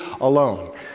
alone